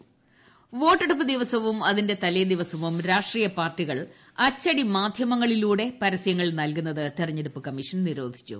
വോട്ടെടുപ്പ് പരസ്യം വോട്ടെടുപ്പ് ദിവസവും അതിന്റെ തലേ ദിവസവും രാഷ്ട്രീയ പാർട്ടികൾ അച്ചടിമാധ്യമങ്ങളിലൂടെ പരസൃങ്ങൾ നൽകുന്നത് തെരഞ്ഞെടുപ്പ് കമ്മീഷൻ നിരോധിച്ചു